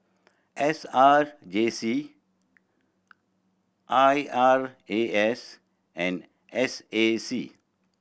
S R J C I R A S and S A C